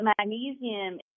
magnesium